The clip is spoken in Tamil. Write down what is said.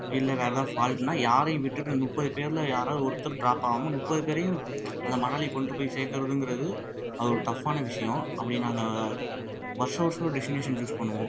இல்லை வேறு ஏதா ஃபால்ட்னால் யாரையும் விட்டுவிட்டு முப்பது பேரில் யாராவது ஒருத்தர் ட்ராப் ஆகாம முப்பது பேரையும் அந்த மணாலி கொண்டு போய் சேர்க்கறதுங்கறது அது ஒரு டஃப்பான விஷயம் அப்படி நாங்கள் வருஷம் வருஷம் ஒரு டெஸ்டினேஷன் சூஸ் பண்ணுவோம்